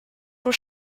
pour